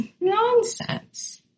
nonsense